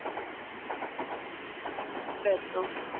ஆ சரி ஓகே